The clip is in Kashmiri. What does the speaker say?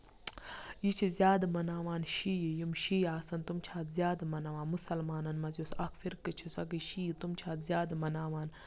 یہِ چھُ زیادٕ مَناوان شی یِم شی آسن تِم چھِ اَتھ زیادٕ مَناوان مُسلمانن منٛز یُس اکھ فِرقہٕ چھُ سۄ گٔے شی تِم چھِ اَتھ زیادٕ مَناوان